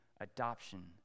adoption